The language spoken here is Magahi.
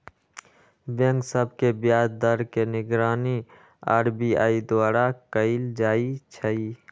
बैंक सभ के ब्याज दर के निगरानी आर.बी.आई द्वारा कएल जाइ छइ